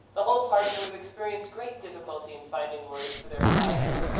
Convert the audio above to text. the whole party would have experienced great difficulty in finding words for their astonishment,